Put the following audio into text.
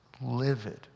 livid